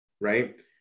right